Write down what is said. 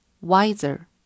wiser